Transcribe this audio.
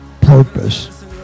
purpose